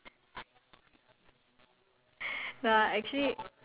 if I say it's my shark on my pencil case will you cringe